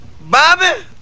Bobby